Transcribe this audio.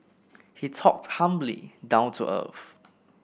he talked humbly down to earth